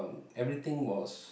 everything was